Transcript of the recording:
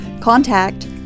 contact